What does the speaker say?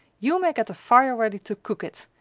you may get the fire ready to cook it,